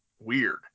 weird